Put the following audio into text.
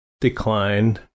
declined